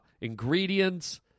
ingredients